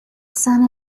son